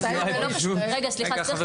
סליחה,